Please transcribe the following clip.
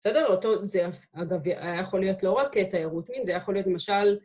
‫בסדר, זה אגב יכול להיות ‫לא רק תיירות מין, זה יכול להיות למשל...